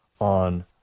on